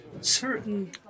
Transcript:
Certain